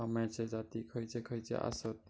अम्याचे जाती खयचे खयचे आसत?